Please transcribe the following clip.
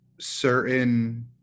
certain